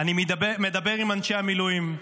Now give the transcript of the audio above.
אני מדבר עם אנשי המילואים,